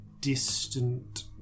distant